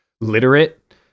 literate